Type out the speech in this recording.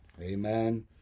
Amen